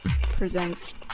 presents